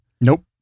Nope